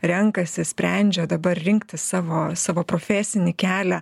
renkasi sprendžia dabar rinktis savo savo profesinį kelią